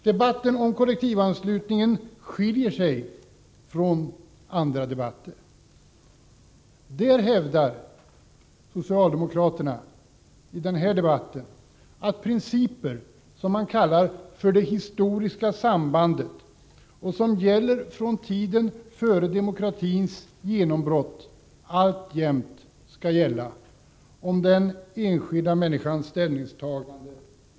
Debatten om kollektivanslutningen skiljer sig från andra debatter. I den debatten hävdar socialdemokraterna att principer som man kallar för det historiska sambandet och som gäller från tiden före demokratins genombrott, alltjämt skall gälla med avseende på den enskilda människans ställningstagande till politisk verksamhet.